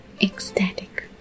ecstatic